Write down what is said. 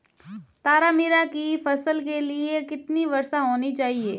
तारामीरा की फसल के लिए कितनी वर्षा होनी चाहिए?